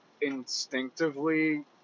instinctively